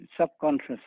subconscious